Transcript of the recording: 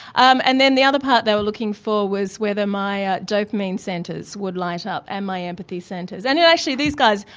um and then the other part they were looking for was whether my ah dopamine centres would light up, and my empathy centres. and yeah actually these guys,